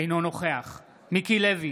אינו נוכח מיקי לוי,